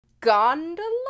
gondola